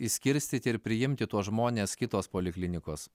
išskirstyti ir priimti tuos žmones kitos poliklinikos